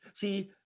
See